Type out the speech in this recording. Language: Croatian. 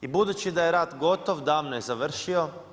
I budući da je rat gotov, davno je završio.